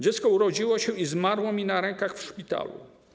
Dziecko urodziło się i zmarło mi na rękach w szpitalu.